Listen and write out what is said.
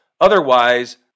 Otherwise